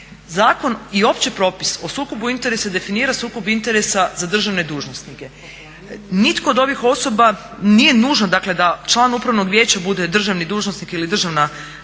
Zakon i opći propis o sukobu interese definira sukob interesa za državne dužnosnike. Nitko od ovih osoba, nije nužno dakle da član upravnog vijeća bude državni dužnosnik ili državna dužnosnica